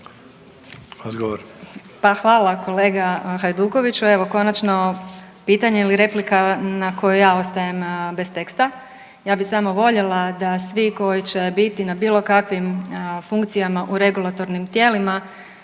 hvala kolega Hajdukoviću. Evo konačno pitanje ili replika na kojoj ja ostajem bez teksta. Ja bi samo voljela da svi koji će biti na bilo kojim funkcijama u regulatornim tijelima